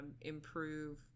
improve